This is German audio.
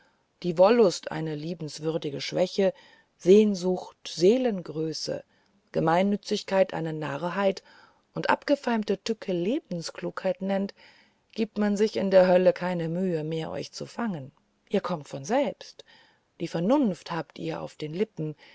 die wollust eine liebenswürdige schwäche selbstsucht seelengröße gemeinnützigkeit eine narrheit und abgefeimte tücke lebensklugheit nennet gibt man sich in der hölle keine mühe mehr euch zu fangen ihr kommt von selbst die vernunft habt ihr auf den lippen